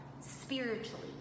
spiritually